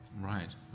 Right